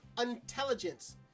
Intelligence